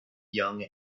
young